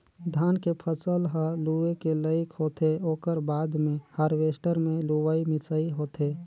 धान के फसल ह लूए के लइक होथे ओकर बाद मे हारवेस्टर मे लुवई मिंसई होथे